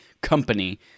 company